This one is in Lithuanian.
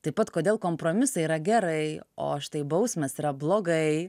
taip pat kodėl kompromisai yra gerai o štai bausmės yra blogai